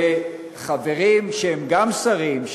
וחברים שהם גם שרים,